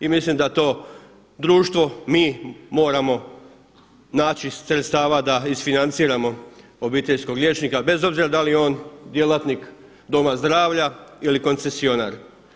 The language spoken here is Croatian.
I mislim da to društvo, mi moramo naći sredstava da isfinanciramo obiteljskog liječnika bez obzira da li je on djelatnik doma zdravlja ili koncesionar.